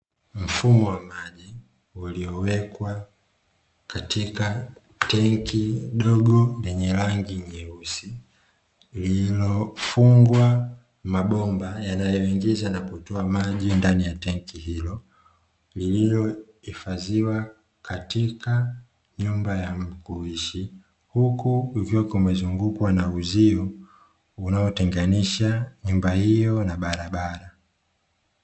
Mfumo wa maji uliowekwa katika tenki dogo lenye rangi nyeusi, lililofungwa mabomba yanayoingiza na kutoa maji ndani ya tenki hilo lililohifadhiwa katika nyumba ya kuishi. Huku kukiwa kumezungukwa na uzio unaotengenisha nyumba hiyo na barabara.